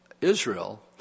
Israel